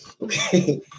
okay